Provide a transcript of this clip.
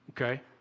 Okay